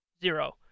Zero